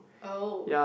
oh